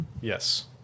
Yes